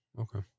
Okay